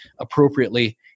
appropriately